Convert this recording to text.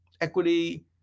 equity